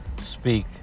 speak